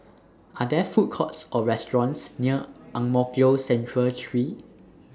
Are There Food Courts Or restaurants near Ang Mo Kio Central three